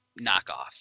knockoff